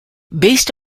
based